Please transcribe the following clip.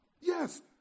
Yes